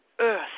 earth